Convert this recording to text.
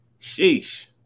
sheesh